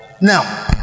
Now